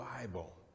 Bible